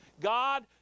god